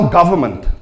government